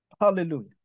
Hallelujah